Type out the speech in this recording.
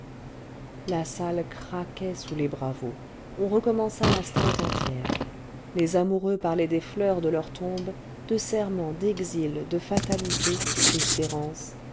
la salle craquait sous les bravos on recommença la strette entière les amoureux parlaient des fleurs de leur tombe de serments d'exil de fatalité d'espérances